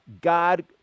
God